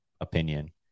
opinion